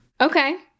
Okay